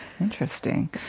Interesting